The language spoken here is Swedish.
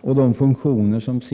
och de funktioner som Prot.